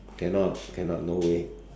cannot cannot no way